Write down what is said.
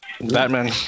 Batman